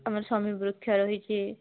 ଆମର ଶମୀବୃକ୍ଷ ରହିଛି